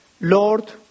Lord